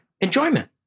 enjoyment